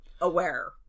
Aware